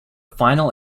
final